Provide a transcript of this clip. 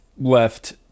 left